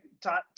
Todd